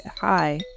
Hi